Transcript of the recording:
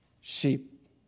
sheep